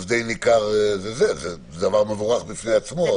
הן באחוז די ניכר וזה דבר מבורך בפני עצמו.